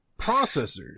processors